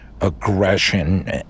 aggression